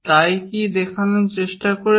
তাই কি দেখানোর চেষ্টা করছেন